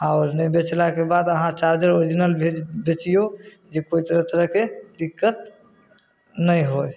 आओर नहि बेचला के बाद अहाँ चार्जर ओरि जिनल बेचियौ जे कोइ तरह तरह के दिक्कत नै होय